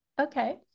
Okay